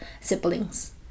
siblings